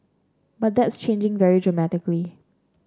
but that's changing very dramatically